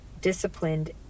disciplined